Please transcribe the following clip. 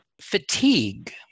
fatigue